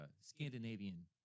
Scandinavian